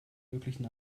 möglichen